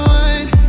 one